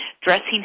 dressing